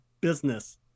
business